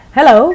Hello